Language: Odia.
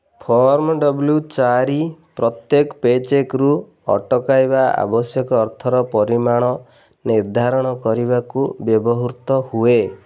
ଫର୍ମ ଡବ୍ଲୁ ଚାରି ପ୍ରତ୍ୟେକ ପେଚେକ୍ରୁ ଅଟକାଇବା ଆବଶ୍ୟକ ଅର୍ଥର ପରିମାଣ ନିର୍ଦ୍ଧାରଣ କରିବାକୁ ବ୍ୟବହୃତ ହୁଏ